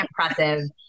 impressive